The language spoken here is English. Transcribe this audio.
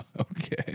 Okay